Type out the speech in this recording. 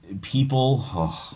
people